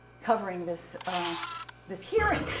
covering this this hearing